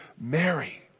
Mary